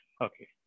Okay